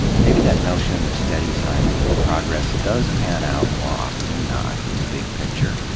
maybe that notion of steady scientific progress does pan out more often than not in the big picture.